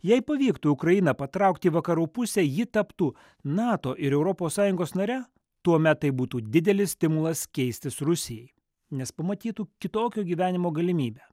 jei pavyktų ukrainą patraukti į vakarų pusę ji taptų nato ir europos sąjungos nare tuomet tai būtų didelis stimulas keistis rusijai nes pamatytų kitokio gyvenimo galimybę